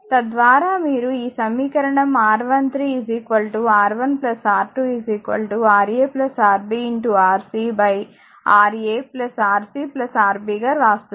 తద్వారా మీరు ఈ సమీకరణం R13 R1 R2 Ra Rb Rc Ra Rc Rb గా వ్రాస్తున్నారు